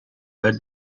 heard